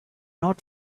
not